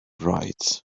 right